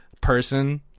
person